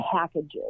packages